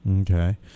Okay